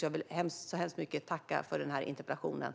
Jag vill tacka så hemskt mycket för interpellationen.